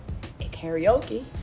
karaoke